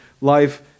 life